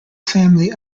family